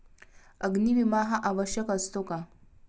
अग्नी विमा हा आवश्यक असतो का?